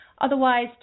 Otherwise